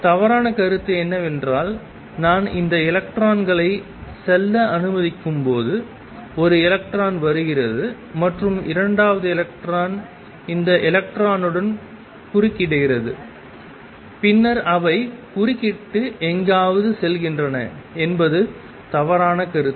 தவறான கருத்து என்னவென்றால் நான் இந்த எலக்ட்ரான்களை செல்ல அனுமதிக்கும்போது ஒரு எலக்ட்ரான் வருகிறது மற்றும் இரண்டாவது எலக்ட்ரான் இந்த எலக்ட்ரானுடன் குறுக்கிடுகிறது பின்னர் அவை குறுக்கிட்டு எங்காவது செல்கின்றன என்பது தவறான கருத்து